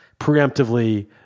preemptively